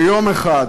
ביום אחד,